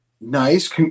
Nice